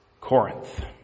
Corinth